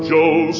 Joe